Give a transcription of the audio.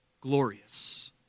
glorious